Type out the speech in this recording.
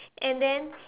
and then